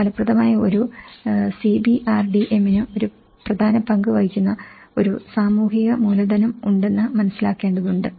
ഫലപ്രദമായ ഒരു സിബിആർഡിഎമ്മിന് ഒരു പ്രധാന പങ്ക് വഹിക്കുന്ന ഒരു സാമൂഹിക മൂലധനം ഉണ്ടെന്ന് മനസ്സിലാക്കേണ്ടതുണ്ട്